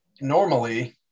normally